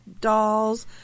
Dolls